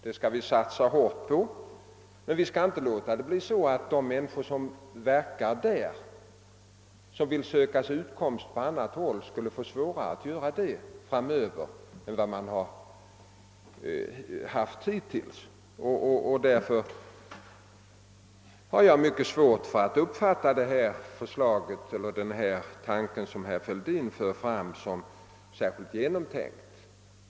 Det skall vi satsa hårt på, men vi får inte låta det bli så att de människor, som verkar där men som vill söka sin utkomst på annat håll, får svårare att göra det framöver än de har haft hittills. Därför kan jag inte uppfatta det uppslag som herr Fälldin för fram såsom särskilt genomtänkt.